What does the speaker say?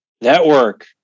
Network